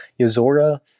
yozora